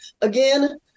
again